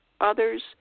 others